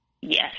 Yes